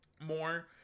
more